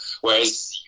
whereas